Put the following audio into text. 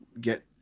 get